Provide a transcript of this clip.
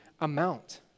amount